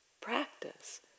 practice